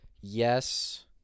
yes